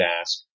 ask